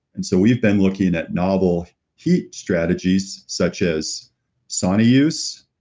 and so we've been looking at noble heat strategies such as sauna use,